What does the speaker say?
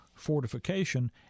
fortification